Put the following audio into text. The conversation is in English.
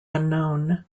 unknown